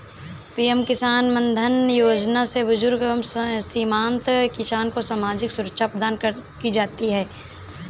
PM किसान मानधन योजना से बुजुर्ग एवं सीमांत किसान को सामाजिक सुरक्षा प्रदान की जाती है